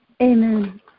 Amen